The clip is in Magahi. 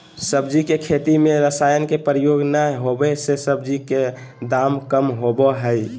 सब्जी के खेती में रसायन के प्रयोग नै होबै से सब्जी के दाम कम होबो हइ